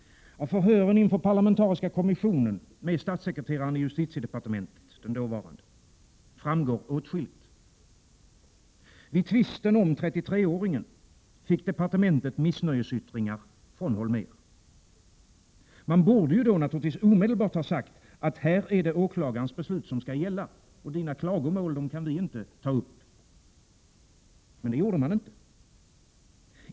Av förhören inför parlamentariska kommissionen med den dåvarande statssekreteraren i justitiedepartementet framgår åtskilligt. Vid tvisten om 33-åringen fick departementet missnöjesyttringar från Holmér. Man borde då omedelbart ha sagt, att här är det åklagarens beslut som skall gälla och dina klagomål kan vi inte ta upp. Men det gjorde man inte.